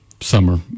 summer